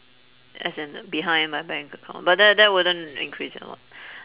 as in behind my bank account but that that wouldn't increase it a lot